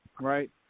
right